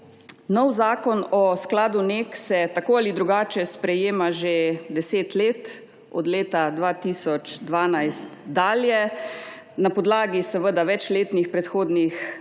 Nov zakon o skladu NEK se tako ali drugače sprejema že deset let, od leta 2012 dalje, na podlagi večletnih predhodnih analiz,